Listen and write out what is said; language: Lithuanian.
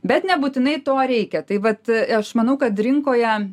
bet nebūtinai to reikia tai vat aš manau kad rinkoje